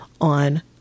on